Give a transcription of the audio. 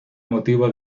motivo